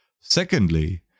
Secondly